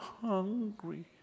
hungry